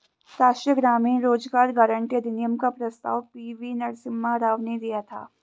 राष्ट्रीय ग्रामीण रोजगार गारंटी अधिनियम का प्रस्ताव पी.वी नरसिम्हा राव ने दिया था